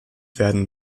werden